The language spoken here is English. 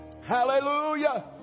Hallelujah